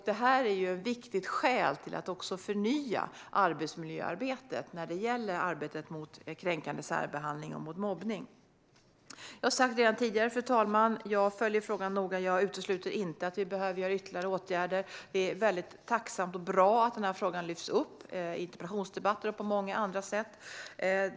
Detta är ett viktigt skäl till att förnya arbetsmiljöarbetet när det gäller arbetet mot kränkande särbehandling och mot mobbning. Fru talman! Jag har redan sagt att jag följer frågan noga. Jag utesluter inte att vi behöver vidta ytterligare åtgärder. Det är väldigt bra att denna fråga lyfts upp i interpellationsdebatter och på många andra sätt.